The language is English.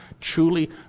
truly